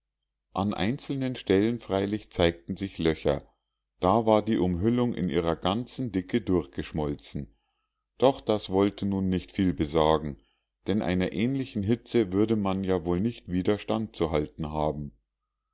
an einzelnen stellen freilich zeigten sich löcher da war die umhüllung in ihrer ganzen dicke durchgeschmolzen doch das wollte nun nicht viel besagen denn einer ähnlichen hitze würde man ja wohl nicht wieder standzuhalten haben